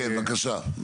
כן, בבקשה.